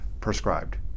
prescribed